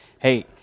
Hey